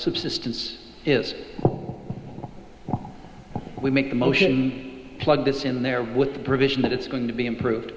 subsistence is we make the motion plug this in there with the provision that it's going to be improved